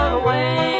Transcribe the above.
away